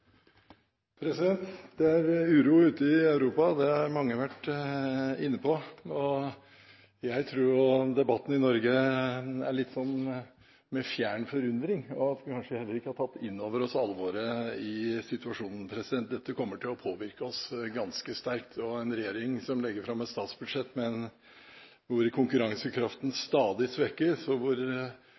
uro ute i Europa, og det har mange vært inne på. Jeg tror debatten i Norge er litt sånn med fjern forundring, og at vi kanskje heller ikke har tatt inn over oss alvoret i situasjonen. Dette kommer til å påvirke oss ganske sterkt. En regjering som legger fram et statsbudsjett hvor konkurransekraften stadig svekkes, og hvor